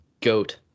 GOAT